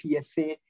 PSA